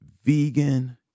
Vegan